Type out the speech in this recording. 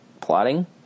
plotting